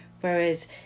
Whereas